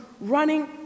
running